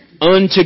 unto